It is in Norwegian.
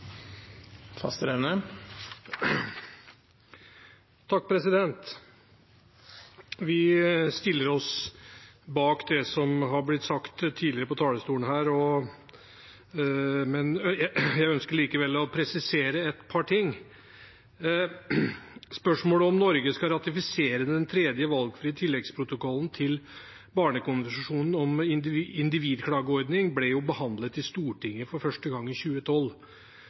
fast ved den konklusjonen man kom til sist, og Arbeiderpartiet vil derfor ikke støtte en ratifisering av tredje tilleggsprotokoll. Vi stiller oss bak det som har blitt sagt tidligere på talerstolen her, men jeg ønsker likevel å presisere et par ting. Spørsmålet om Norge skal ratifisere den tredje valgfrie tilleggsprotokollen til barnekonvensjonen om individklageordning, ble behandlet i Stortinget for første